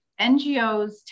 NGOs